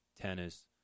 tennis